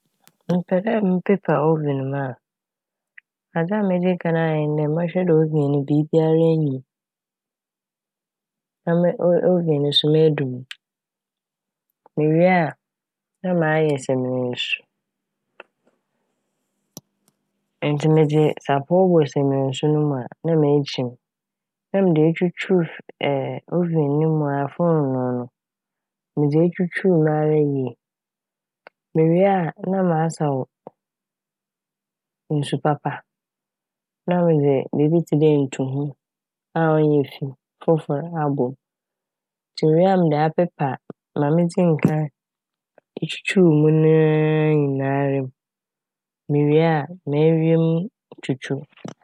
Mepɛ dɛ mepepa "oven" mu a ,adze a medzi kan ayɛ nye dɛ mɔhwɛ dɛ "oven" no biibiara nnyi m' na ma- "oven" no so no medum n'. Mowie a na mayɛ samina nsu ntsi medze sapɔw bɔ samina nsu no mu a na meekyim na mede etwutwuw "oven" no mu aa fonoo no. Medze etwutwuuw mu ara yie, mewie a na masaw nsu papa na medze biibi tse dɛ ntuho a ɔnnyɛɛ fi, fofor abɔ m' ntsi mewie na mede apepa ma medzii nkan etwutwuuw mu naaaa nyinara m'. Mewie a mewie mu twutwuw.